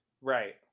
Right